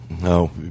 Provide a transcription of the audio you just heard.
No